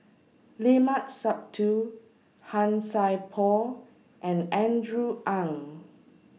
Limat Sabtu Han Sai Por and Andrew Ang